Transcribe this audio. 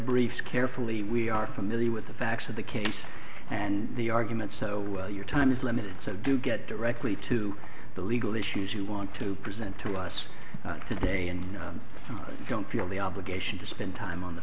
briefs carefully we are familiar with the facts of the case and the arguments so well your time is limited so do get directly to the legal issues you want to present to us today and don't feel the obligation to spend time on the